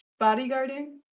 bodyguarding